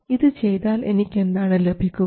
ഇത് ചെയ്താൽ എനിക്ക് എന്താണ് ലഭിക്കുന്നത്